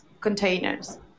containers